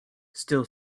still